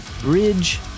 Bridge